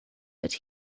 but